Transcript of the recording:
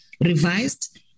revised